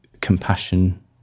compassion